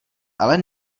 ale